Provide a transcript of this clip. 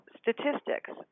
statistics